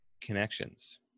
connections